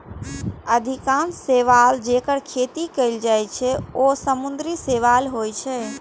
अधिकांश शैवाल, जेकर खेती कैल जाइ छै, ओ समुद्री शैवाल होइ छै